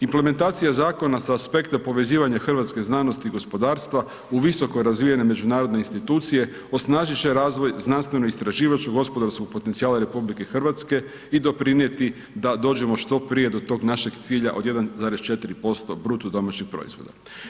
Implementacija zakona sa aspekta povezivanja hrvatske znanosti i gospodarstva u visoko razvijene međunarodne institucije, osnažit će razvoj znanstveno-istraživačko-gospodarskog potencijala RH i doprinijeti da dođemo što prije do tog našeg cilja od 1,4% BDP-a.